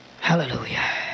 Hallelujah